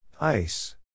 Ice